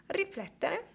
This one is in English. riflettere